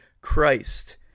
Christ